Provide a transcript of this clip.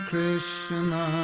Krishna